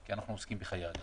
כי אנחנו עוסקים בחיי אדם.